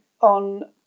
on